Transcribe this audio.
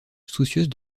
soucieuse